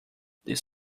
this